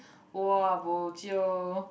!wah! bo jio